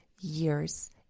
years